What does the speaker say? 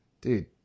Dude